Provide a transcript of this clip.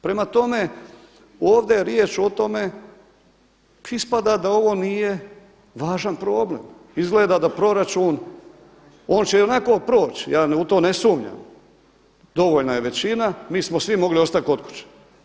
Prema tome, ovdje je riječ o tome ispada da ovo nije važan problem, izgleda da proračun, on će i onako proć ja u to ne sumnjam, dovoljna je većina, mi smo svi mogli ostati kod kuće.